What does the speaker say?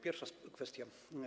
Pierwsza kwestia.